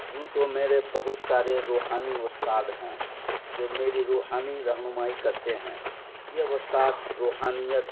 یوں تو میرے بہت سارے روحانی استاد ہیں جو میری روحانی رہنمائی کرتے ہیں یہ استاد روحانیت